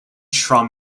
straw